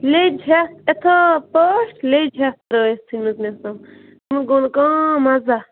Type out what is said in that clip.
لیٚج ہٮ۪تھ یِتھٕے پٲٹھۍ لیٚج ہٮ۪تھ ترٛٲوِتھ ژھُنمٕژ مےٚ سۅ تِمن گوٚو نہٕ کانٛہہ مزاہ